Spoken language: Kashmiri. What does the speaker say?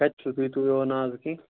کَتہِ چھِو تُہۍ تُہۍ میٛون ناو ہیوٚتُے